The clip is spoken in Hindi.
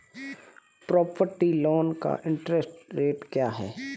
प्रॉपर्टी लोंन का इंट्रेस्ट रेट क्या है?